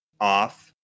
off